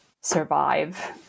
survive